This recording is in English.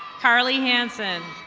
carlie hanson.